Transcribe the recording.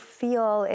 feel